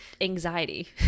anxiety